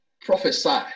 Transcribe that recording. prophesy